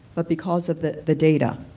but because of the the data.